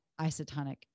isotonic